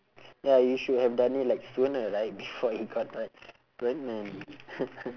ya you should have done it like sooner right before it got like pregnant